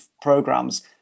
programs